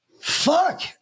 Fuck